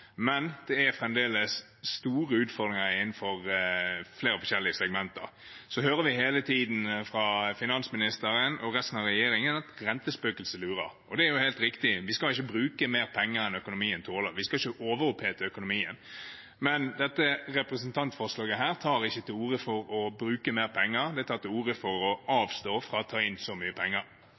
men det er fremdeles store utfordringer innenfor flere forskjellige segmenter. Så hører vi hele tiden fra finansministeren og resten av regjeringen at rentespøkelset lurer, og det er jo helt riktig. Vi skal ikke bruke mer penger enn økonomien tåler, vi skal ikke overopphete økonomien. Men dette representantforslaget tar ikke til orde for å bruke mer penger; det tar til orde for å avstå fra å ta inn så mye penger.